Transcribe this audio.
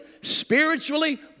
spiritually